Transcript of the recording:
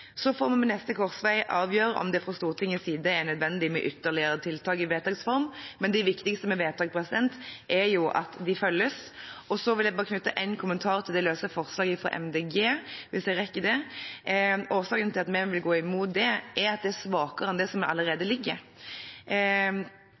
Så får vi ved neste korsvei avgjøre om det fra Stortingets side er nødvendig med ytterligere tiltak, i vedtaks form, men det viktigste med vedtak er jo at de følges. Så vil jeg bare – hvis jeg rekker det – knytte en kommentar til det løse forslaget fra Miljøpartiet De Grønne. Årsaken til at vi vil gå imot det, er at det er svakere enn det som allerede